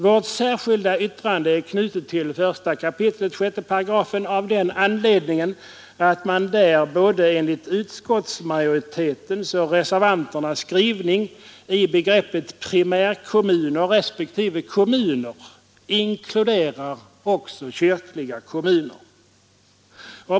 Vårt särskilda yttrande är knutet till I kap. 6 § av den anledningen att man där både enligt utskottsmajoritetens och enligt reservanternas skrivning i begreppet ”primärkommuner” respektive ”kommuner” inkluderar också kyrkliga kommuner.